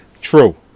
True